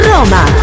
Roma